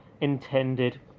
intended